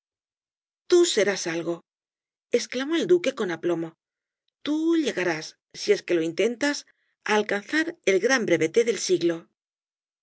tú serás algo exclamó el duque con aplomo tú llegarás si es que lo intentas á alcanzar el gran brevete del siglo